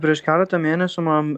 prieš keletą mėnesių man